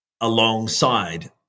alongside